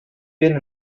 been